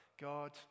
God